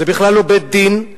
זה בכלל לא בית-דין,